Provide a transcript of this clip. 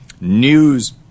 news